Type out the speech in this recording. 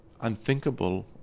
unthinkable